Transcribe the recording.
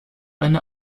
eine